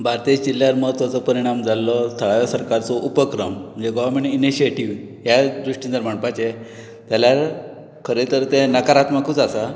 भारतीय जिल्ल्यांत म्हत्वाचो परिणाम जाल्लो थळाव्या सरकाचो उपक्रम जे गवर्नमेंट इनिशिएटिव्ह ह्या दृश्टीन जर माणपाचे जाल्यार खरें तर ते नकारात्मकूच आसा